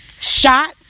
Shot